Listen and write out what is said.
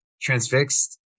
transfixed